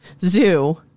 zoo